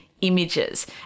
images